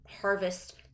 harvest